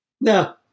no